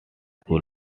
school